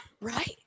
Right